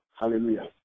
Hallelujah